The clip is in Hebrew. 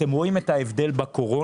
אתם רואים את ההבדל בקורונה,